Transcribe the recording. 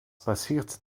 passiert